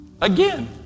again